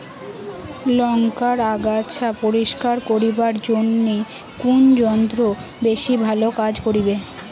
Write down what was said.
লংকার আগাছা পরিস্কার করিবার জইন্যে কুন যন্ত্র বেশি ভালো কাজ করিবে?